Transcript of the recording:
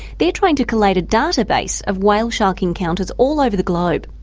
they're trying to collate a database of whale shark encounters all over the globe.